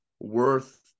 worth